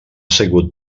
seguit